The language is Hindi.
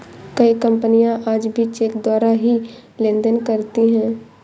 कई कपनियाँ आज भी चेक द्वारा ही लेन देन करती हैं